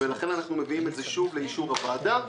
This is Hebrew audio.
ולכן אנחנו מביאים שוב לאישור הוועדה.